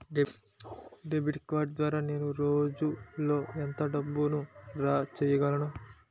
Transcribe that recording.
Debit card ద్వారా నేను రోజు లో ఎంత డబ్బును డ్రా చేయగలను?